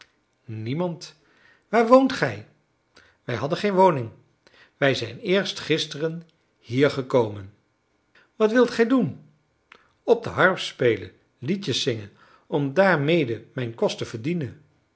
niemand waar woont gij wij hadden geen woning wij zijn eerst gisteren hier gekomen wat wilt gij doen op de harp spelen liedjes zingen om daarmede mijn kost te verdienen